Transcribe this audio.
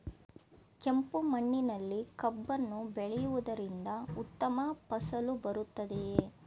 ಕೆಂಪು ಮಣ್ಣಿನಲ್ಲಿ ಕಬ್ಬನ್ನು ಬೆಳೆಯವುದರಿಂದ ಉತ್ತಮ ಫಸಲು ಬರುತ್ತದೆಯೇ?